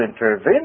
intervene